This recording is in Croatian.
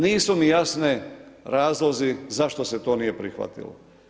Nisu mi jasni razlozi zašto se to nije prihvatilo.